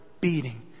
beating